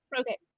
Okay